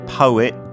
poet